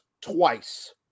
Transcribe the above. twice